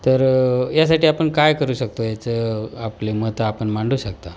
तर यासाठी आपण काय करू शकतो याचं आपले मत आपण मांडू शकता